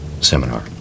seminar